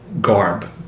garb